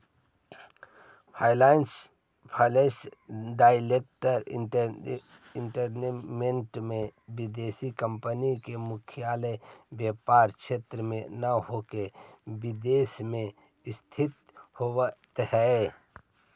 foreign direct investment में विदेशी company के मुख्यालय व्यापार क्षेत्र में न होके विदेश में स्थित होवऽ हई